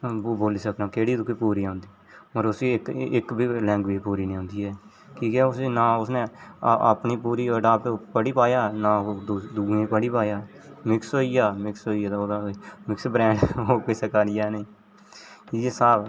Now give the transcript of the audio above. बोली सकना केह्ड़ी तुकी पूरी औंदी होर उसी इक बी लैंग्वेज़ पूरी निं औंदी ऐ कि के उसी ना उसनै अपनी पूरी अडॉप्ट पढ़ी पाया ना ओह् दूऐं ई पढ़ी पाया मिक्स होइया मिक्स होइया ते ओह्दा मिक्स ब्रांड ओह् किसे कारी ऐ नी इ'यै स्हाब ऐ